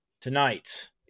tonight